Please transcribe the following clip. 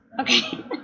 Okay